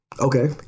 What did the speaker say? Okay